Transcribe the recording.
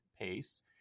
pace